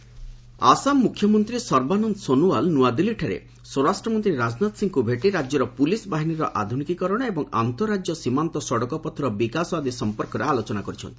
ସୋନୁଓ୍ୱାଲ ରାଜନାଥ ଆସାମ ମୁଖ୍ୟମନ୍ତ୍ରୀ ସର୍ବାନନ୍ଦ ସୋନୁୱାଲ ନୂଆଦିଲ୍ଲୀଠାରେ ସ୍ୱରାଷ୍ଟ୍ରମନ୍ତ୍ରୀ ରାଜନାଥ ସିଂଙ୍କୁ ଭେଟି ରାଜ୍ୟର ପୁଲିସ୍ବାହିନୀର ଆଧୁନିକୀକରଣ ଏବଂ ଆନ୍ତଃରାଜ୍ୟ ସୀମାନ୍ତ ସଡ଼କପଥର ବିକାଶ ଆଦି ସଫପର୍କରେ ଆଲୋଚନା କରିଛନ୍ତି